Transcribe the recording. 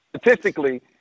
Statistically –